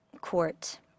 court